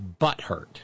butthurt